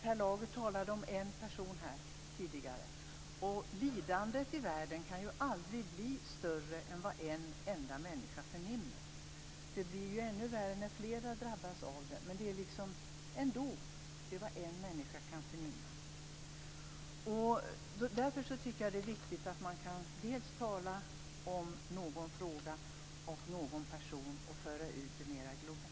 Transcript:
Per Lager talade om en person tidigare. Lidandet i världen kan aldrig bli större än vad en enda människa förnimmer. Det blir ännu värre när flera drabbas av det, men lidandet är ändå vad en människa kan förnimma. Därför tycker jag att det är viktigt att man kan tala om en fråga och en person och föra ut det mera globalt.